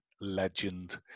legend